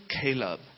Caleb